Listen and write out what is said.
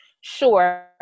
sure